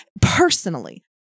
Personally